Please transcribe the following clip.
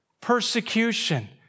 persecution